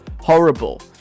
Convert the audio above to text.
Horrible